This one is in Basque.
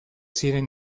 ziren